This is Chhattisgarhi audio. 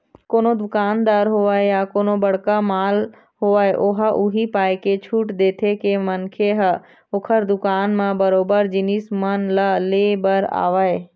कोनो दुकानदार होवय या कोनो बड़का मॉल होवय ओहा उही पाय के छूट देथे के मनखे ह ओखर दुकान म बरोबर जिनिस मन ल ले बर आवय